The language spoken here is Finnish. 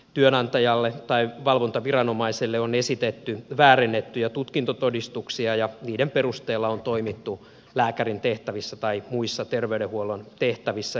työnantajalle tai valvontaviranomaiselle on esitetty väärennettyjä tutkintotodistuksia ja niiden perusteella on toimittu lääkärin tehtävissä tai muissa terveydenhuollon tehtävissä